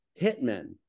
hitmen